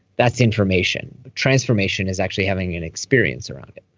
that's information. transformation is actually having an experience around it.